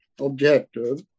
objective